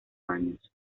años